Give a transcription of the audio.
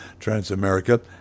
Transamerica